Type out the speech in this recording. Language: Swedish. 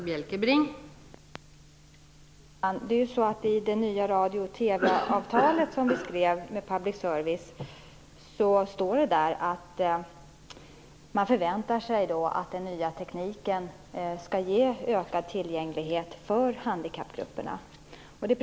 Fru talman! I det nya radio och TV-avtalet som vi skrev med public service-företagen står att man förväntar sig att den nya tekniken skall ge ökad tillgänglighet för handikappgrupperna.